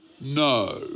No